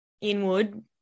inward